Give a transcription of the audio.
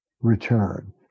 return